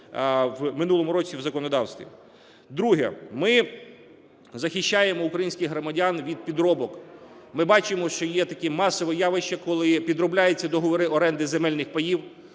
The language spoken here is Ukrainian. в минулому році в законодавстві. Друге. Ми захищаємо українських громадян від підробок. Ми бачимо, що є таке масове явище, коли підробляються договори оренди земельних паїв,